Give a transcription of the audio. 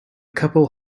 couple